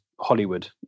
hollywood